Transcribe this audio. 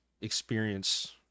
experience